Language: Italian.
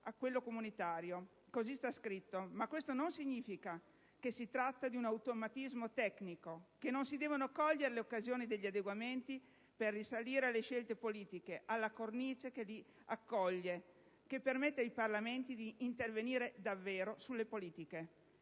a quello comunitario; così sta scritto. Ma questo non significa che si tratta di un automatismo tecnico e che non si deve cogliere l'occasione degli adeguamenti per risalire alle scelte politiche, alla cornice che li accoglie e che permette ai Parlamenti di intervenire davvero sulle politiche.